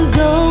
go